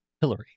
hillary